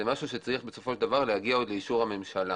זה משהו שצריך להגיע לאישור הממשלה